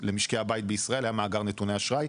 למשקי הבית בישראל היה מאגר נתוני אשראי,